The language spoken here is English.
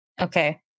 Okay